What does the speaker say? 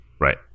Right